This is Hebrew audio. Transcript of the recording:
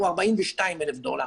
הוא 42,000 דולר,